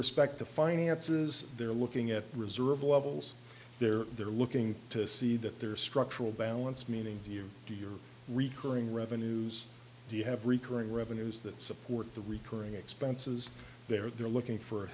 respect to finances they're looking at reserve levels there they're looking to see that there are structural balance meaning you do your recurring revenues do you have recurring revenues that support the recurring expenses there they're looking for